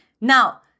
Now